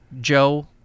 Joe